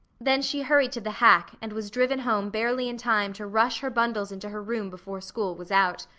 then she hurried to the hack and was driven home barely in time to rush her bundles into her room before school was out.